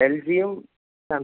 L ജിയും